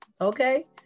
okay